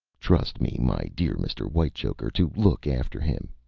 trust me, my dear mr. whitechoker, to look after him.